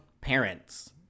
parents